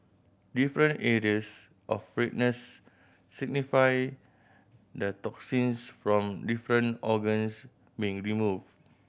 different areas of redness signify the toxins from different organs being removed